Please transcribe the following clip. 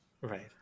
Right